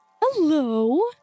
Hello